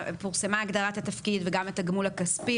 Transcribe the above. פורסמה הגדרת התפקיד וגם את הגמול הכספי,